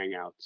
Hangouts